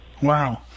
Wow